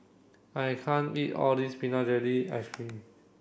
I can't eat all this peanut jelly ice cream